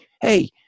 hey